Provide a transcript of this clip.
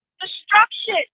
destruction